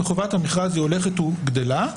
וחובת המכרז הולכת וגדלה.